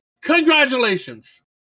Congratulations